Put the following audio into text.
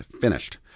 finished